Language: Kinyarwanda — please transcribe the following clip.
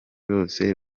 bose